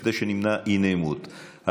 כדי שנמנע אי-נעימות.